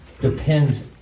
depends